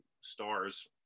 stars